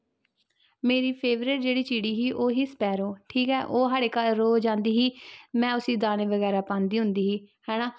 मेरी फेवरेट जेह्ड़ी चिड़ी ही ओह् ही स्पैरो ठीक ऐ ओह् साढ़े घर रोज आंदी ही में उस्सी दाने बगैरा पांदी होंदी ही है ना